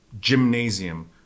gymnasium